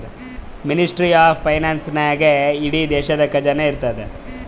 ministry of finance ನಾಗೇ ಇಡೀ ದೇಶದು ಖಜಾನಾ ಇರ್ತುದ್